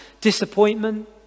disappointment